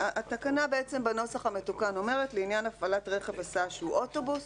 התקנה בנוסח המתוקן אומרת: לעניין הפעלת רכב הסעה שהוא אוטובוס,